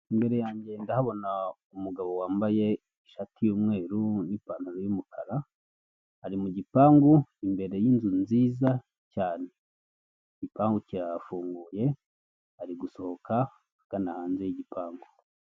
Ni ibyapa byometse kunzu, hagati yabyo hamanukamo itiyo, ijyana amazi kimwe kibanza ibumoso, gishushanyijeho ibikapu bibiri, ndetse n'ishusho y'umuntu ishushanyishije ikaramu. Ikindi na cyo kirimo amabara y'umuhondo.